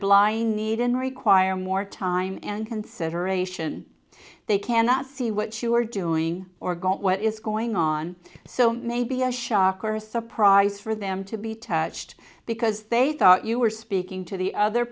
blind need and require more time and consideration they cannot see what you are doing or go what is going on so maybe a shock or surprise for them to be touched because they thought you were speaking to the other